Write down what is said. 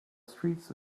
streets